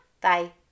bye